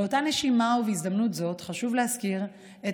באותה נשימה ובהזדמנות זו חשוב להזכיר את